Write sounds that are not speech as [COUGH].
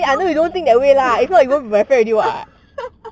because [LAUGHS]